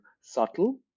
subtle